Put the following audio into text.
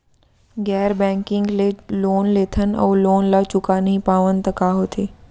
गैर बैंकिंग ले लोन लेथन अऊ लोन ल चुका नहीं पावन त का होथे?